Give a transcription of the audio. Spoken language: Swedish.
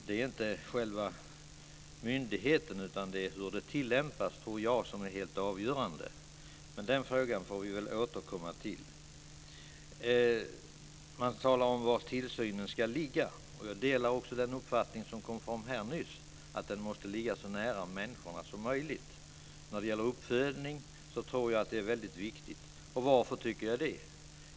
Det är inte själva myndigheten utan hur detta tillämpas, tror jag, som är avgörande. Men den frågan får vi återkomma till. Det talas om var tillsynen ska ligga. Jag delar den uppfattning som kom fram här nyss, nämligen att den måste ligga så nära människorna som möjligt. När det gäller uppfödning tror jag att det är väldigt viktigt. Varför tycker jag det?